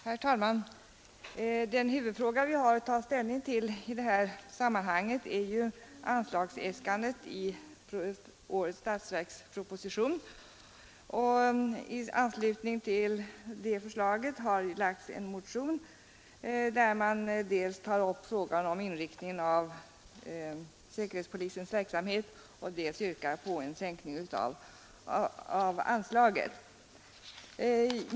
Herr talman! Den huvudfråga vi har att ta ställning till i detta sammanhang är ju anslagsäskandet för säkerhetspolisen i årets statsverksproposition. I anslutning till detta förslag har väckts en motion där man dels tar upp frågan om inriktningen av säkerhetspolisens verksamhet, dels yrkar på en sänkning av anslaget.